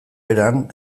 eran